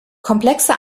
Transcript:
komplexe